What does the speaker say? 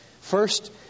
First